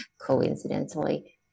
coincidentally